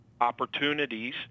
opportunities